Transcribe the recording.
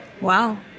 wow